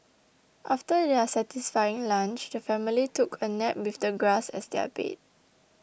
after their satisfying lunch the family took a nap with the grass as their bed